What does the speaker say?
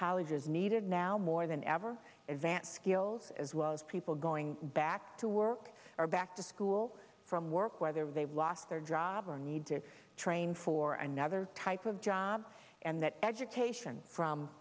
college is needed now more than ever advanced skills as well as people going back to work or back to school from work whether they lost their drive or need to train for another type of job and that education from